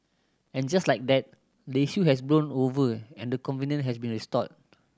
and just like that the issue has blown over and the covenant has been restored